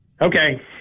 Okay